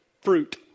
fruit